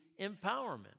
empowerment